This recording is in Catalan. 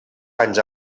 anys